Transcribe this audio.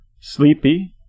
sleepy